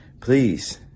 please